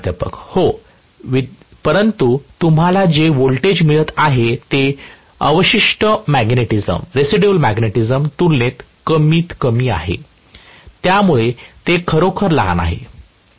प्राध्यापक हो परंतु तुम्हाला जे व्होल्टेज मिळत आहे ते अवशिष्ट मॅग्नेटिझमच्या तुलनेत कमीतकमी आहे त्यामुळे ते खरोखरच लहान असेल